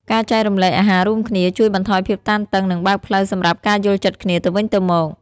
ការចែករំលែកអាហាររួមគ្នា ជួយបន្ថយភាពតានតឹង និងបើកផ្លូវសម្រាប់ការយល់ចិត្តគ្នាទៅវិញទៅមក។